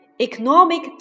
Economic